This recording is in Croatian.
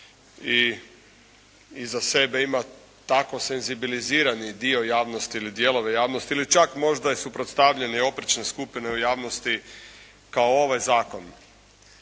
I iza sebe ima tako senzibilizirani dio javnosti ili dijelove javnosti ili čak možda suprotstavljene i oprečne skupine u javnosti kao ovaj zakon.